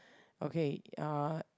okay uh